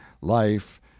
life